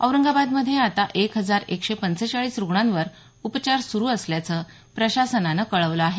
औरंगाबादमध्ये आता एक हजार एकशे पंचेचाळीस रुग्णांवर उपचार सुरू असल्याचं प्रशासनानं कळवलं आहे